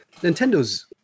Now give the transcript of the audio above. Nintendo's